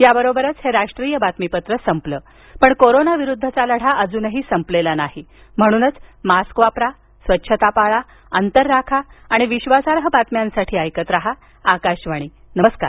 याबरोबरच हे राष्ट्रीय बातमीपत्र संपलं पण कोरोनाविरुद्धचा लढा अजून संपलेला नाही म्हणूनच मास्क वापरा स्वच्छता पाळा अंतर राखा आणि विश्वासार्ह बातम्यांसाठी ऐकत राहा आकाशवाणी नमस्कार